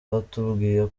batubwiye